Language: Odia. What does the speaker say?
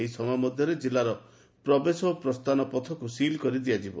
ଏହି ସମୟ ମଧ୍ଧରେ ଜିଲ୍ଲାର ପ୍ରବେଶ ଓ ପ୍ରସ୍ଚାନ ପଥକୁ ସିଲ୍ କରି ଦିଆଯାଇଛି